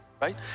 right